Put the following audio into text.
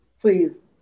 please